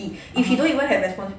(uh huh)